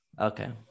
okay